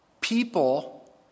People